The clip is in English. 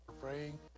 praying